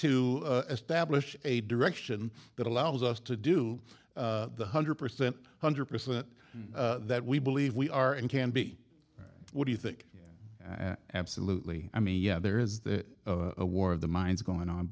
to establish a direction that allows us to do one hundred percent hundred percent that we believe we are and can be what do you think absolutely i mean yeah there is that a war of the minds going on